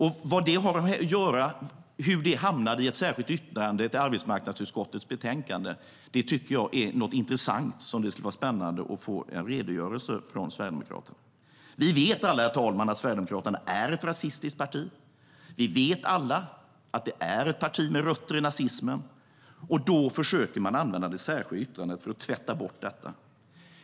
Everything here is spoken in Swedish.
Hur det hamnar i ett särskilt yttrande i ett arbetsmarknadsutskottsbetänkande tycker jag är något intressant, som det skulle vara spännande att få en redogörelse för från Sverigedemokraterna.Vi vet alla, herr talman, att Sverigedemokraterna är ett rasistiskt parti. Vi vet alla att det är ett parti med rötter i nazismen. Då försöker man använda det särskilda yttrandet för att tvätta bort detta.